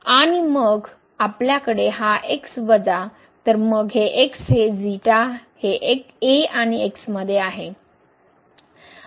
आणि मग आपल्याकडे हा वजा तर मग हे x हे हे आणि मध्ये आहे